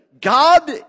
God